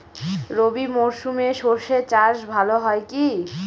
রবি মরশুমে সর্ষে চাস ভালো হয় কি?